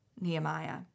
Nehemiah